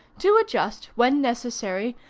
to adjust, when necessary,